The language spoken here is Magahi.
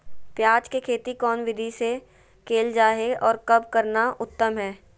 प्याज के खेती कौन विधि से कैल जा है, और कब करना उत्तम है?